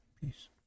Peace